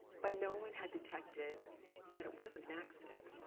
but no one had detected that it wasn't an accident.